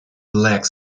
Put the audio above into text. black